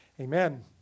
Amen